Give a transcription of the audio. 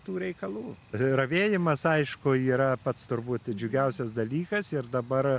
tų reikalų ravėjimas aišku yra pats turbūt džiugiausias dalykas ir dabar